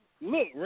Look